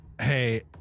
Hey